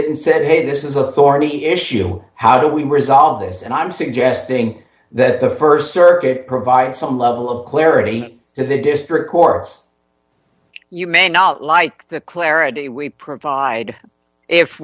it and said hey this is a thorny issue how do we resolve this and i'm suggesting that the st circuit provide some level of clarity to the district courts you may not like the clarity we provide if